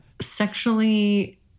sexually